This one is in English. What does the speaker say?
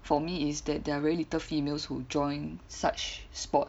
for me is that there are very little females who join such sport